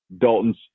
Dalton's